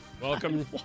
Welcome